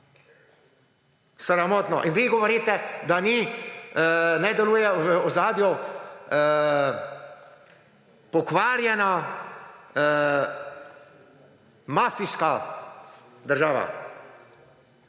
Sramotno! In vi govorite, da ne deluje v ozadju pokvarjena mafijska država.